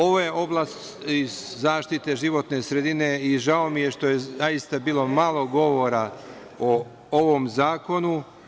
Ovo je oblast iz zaštite životne sredine i žao mi je što je zaista bio malo govora o ovom zakonu.